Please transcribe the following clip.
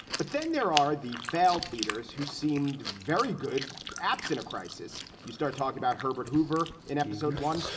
but then there are the failed leaders who seemed very good apps in a crisis. you start talking about herbert hoover in episode one.